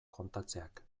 kontatzeak